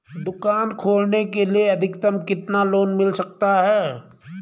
दुकान खोलने के लिए अधिकतम कितना लोन मिल सकता है?